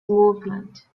movement